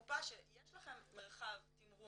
וקופה שיש לכם מרחב תמרון,